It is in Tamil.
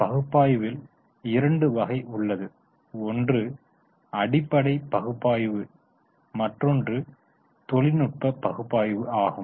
பகுப்பாய்வில் இரண்டு வகை உள்ளது ஒன்று அடிப்படை பகுப்பாய்வு மற்றொன்று தொழில்நுட்ப பகுப்பாய்வு ஆகம்